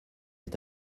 est